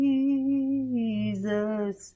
Jesus